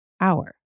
hour